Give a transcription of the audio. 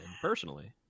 personally